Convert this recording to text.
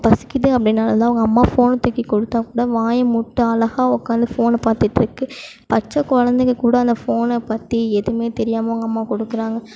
பசிக்கிறது அப்படின்னா அழுதால் அவங்க அம்மா ஃபோன் தூக்கி கொடுத்தா கூட வாய் மூடிட்டு அழகாக உக்காந்து ஃபோனை பார்த்துட்ருக்கு பச்சை குழந்தைங்க கூட அந்த ஃபோனை பற்றி எதுவுமே தெரியாமல் அவங்க அம்மா கொடுக்குறாங்க